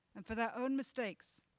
and for their own mistakes,